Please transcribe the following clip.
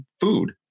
food